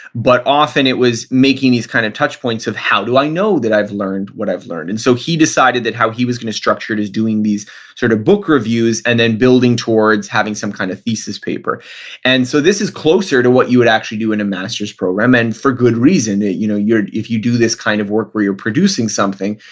but often it was making these kind of touchpoints of how do i know that i've learned what i've learned? and so he decided that how he was going to structure it is doing these sort of book reviews and then building towards having some kind of thesis paper and so this is closer to what you would actually do in a master's program and for good reason. you know if you do this kind of work where you're producing something,